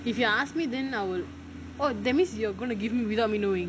if you ask me then I will oh that means you are gonna give me without me knowing